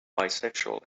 bisexual